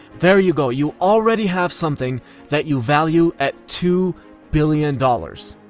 there you go, you already have something that you value at two billion dollars!